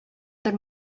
бер